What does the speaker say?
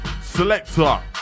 Selector